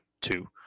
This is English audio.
two